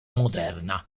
moderna